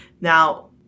Now